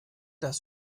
das